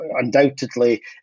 undoubtedly